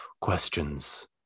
questions